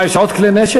מה, יש עוד כלי נשק?